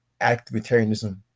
activitarianism